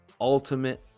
ultimate